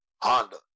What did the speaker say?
Honda